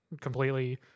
Completely